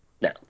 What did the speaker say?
no